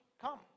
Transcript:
come